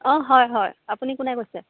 অ' হয় হয় আপুনি কোনে কৈছে